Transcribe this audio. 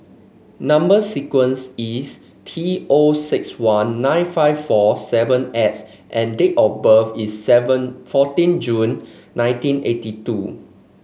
number sequence is T O six one nine five four seven X and date of birth is seven fourteen June nineteen eighty two